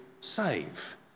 save